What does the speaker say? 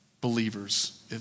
believers